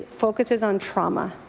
ah focuses on trauma.